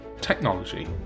technology